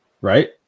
Right